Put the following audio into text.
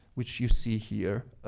which you see here,